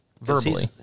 Verbally